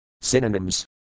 Synonyms